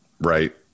Right